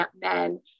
men